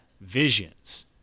visions